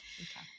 Okay